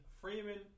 Freeman